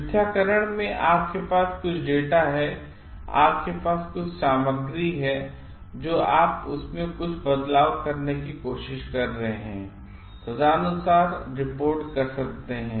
मिथ्याकरण में आपके पास कुछ डेटा है आपके पास कुछ शोध सामग्री है लेकिन आप उस में कुछ बदलाव करने की कोशिश कर रहे हैं और तदनुसार रिपोर्ट कर सकते हैं